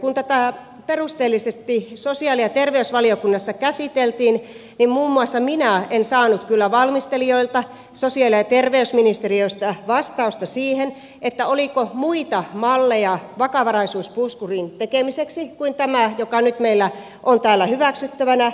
kun tätä perusteellisesti sosiaali ja terveysvaliokunnassa käsiteltiin niin muun muassa minä en saanut kyllä valmistelijoilta sosiaali ja terveysministeriöstä vastausta siihen oliko muita malleja vakavaraisuuspuskurin tekemiseksi kuin tämä joka nyt meillä on täällä hyväksyttävänä